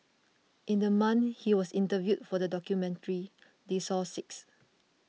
in the month he was interviewed for the documentary they saw six